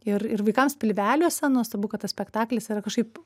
ir ir vaikams pilveliuose nuostabu kad tas spektaklis yra kažkaip